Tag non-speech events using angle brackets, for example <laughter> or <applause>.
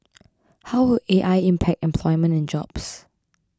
<noise> and how will A I impact employment and jobs